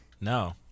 No